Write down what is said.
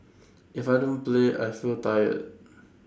if I don't play I feel tired